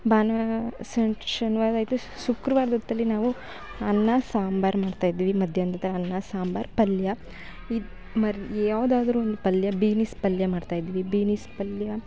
ಬಾನ ಶನಿವಾರ ಆಯಿತು ಶುಕ್ರವಾರ್ದೊತ್ತಲ್ಲಿ ನಾವು ಅನ್ನ ಸಾಂಬಾರು ಮಾಡ್ತಾಯಿದ್ವಿ ಮಧ್ಯಾಹ್ನನ್ದೊತ್ತಲ್ ಅನ್ನ ಸಾಂಬಾರು ಪಲ್ಯ ಇದು ಮರ್ ಯಾವುದಾದ್ರೊಂದು ಪಲ್ಯ ಬೀನಿಸ್ ಪಲ್ಯ ಮಾಡ್ತಾಯಿದ್ವಿ ಬೀನಿಸ್ ಪಲ್ಯ